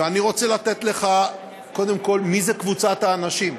ואני רוצה לומר לך קודם כול מי זו קבוצת האנשים,